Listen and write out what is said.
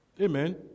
Amen